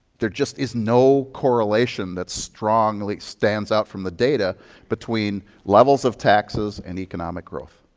there just is no correlation that strongly stands out from the data between levels of taxes and economic growth.